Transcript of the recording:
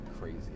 Crazy